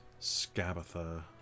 Scabatha